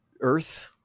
Earth